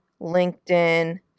LinkedIn